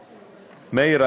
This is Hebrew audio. מאיר,